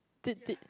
did did